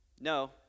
No